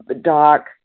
doc